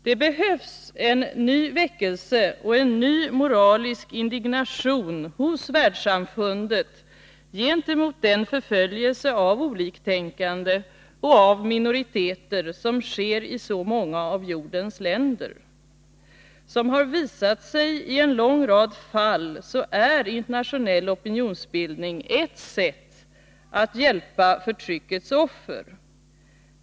Det behövs en ny väckelse och en ny moralisk indignation hos världssamfundet gentemot den förföljelse av oliktänkande och av minoriteter som sker i så många av jordens länder. Såsom har visat sig i en lång rad fall är internationell opinionsbildning ett sätt att hjälpa förtryckets offer.